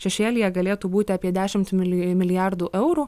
šešėlyje galėtų būti apie dešimt mili milijardų eurų